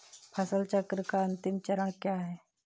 फसल चक्र का अंतिम चरण क्या है?